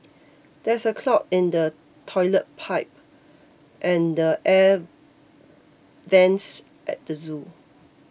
there is a clog in the Toilet Pipe and the Air Vents at the zoo